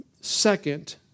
second